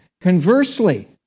Conversely